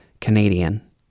Canadian